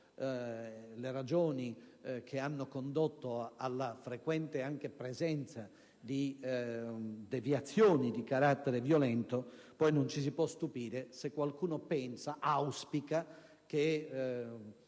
le ragioni che hanno condotto alla frequente presenza di deviazioni di carattere violento, non ci si possa poi stupire se qualcuno auspica che